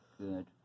good